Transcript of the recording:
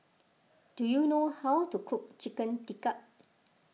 do you know how to cook Chicken Tikka